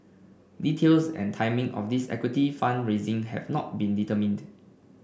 details and timing of this equity fund raising have not been determined